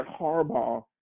Harbaugh